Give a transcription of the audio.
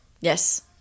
Yes